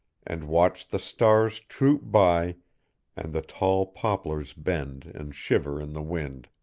and watched the stars troop by and the tall poplars bend and shiver in the wind.